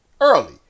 early